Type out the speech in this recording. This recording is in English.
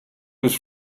was